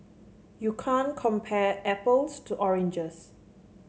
you can't compare apples to oranges